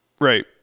Right